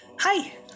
Hi